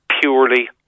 purely